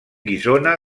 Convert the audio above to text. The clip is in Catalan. guissona